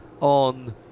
on